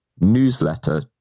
newsletter